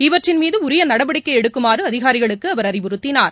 இவற்றின் மீது உரிய நடவடிக்கை எடுக்குமாறு அதிகாரிகளுக்கு அவர் அறிவுறுத்தினார்